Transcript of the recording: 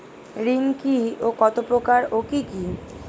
ঋণ কি ও কত প্রকার ও কি কি?